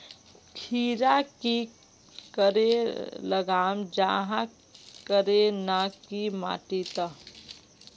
खीरा की करे लगाम जाहाँ करे ना की माटी त?